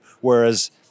whereas